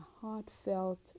heartfelt